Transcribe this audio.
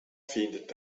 findet